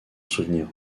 souvenir